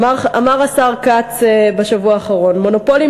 אמר השר כץ בשבוע האחרון: "מונופולים